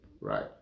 Right